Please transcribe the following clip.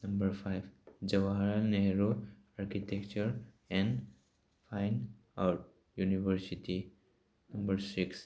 number five Jawaharlal Nehru architecture and fine arts university number six